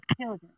children